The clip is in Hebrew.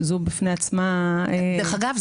שזו בפני עצמה --- דרך אגב,